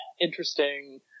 interesting